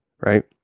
right